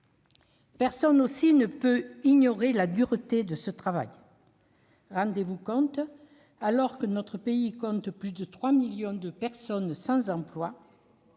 Personne ne peut, non plus, ignorer la dureté de ce travail. Rendez-vous compte : alors que notre pays compte plus de 3 millions de personnes sans emploi,